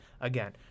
again